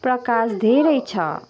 प्रकाश धेरै छ